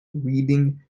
reading